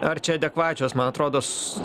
ar čia adekvačios man atrodo